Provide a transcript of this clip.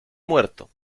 muerto